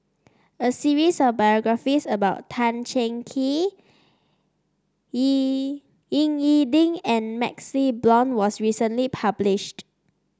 a series of biographies about Tan Cheng Kee E Ying E Ding and MaxLe Blond was recently published